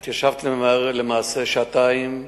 את ישבת למעשה שעתיים,